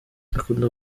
akunda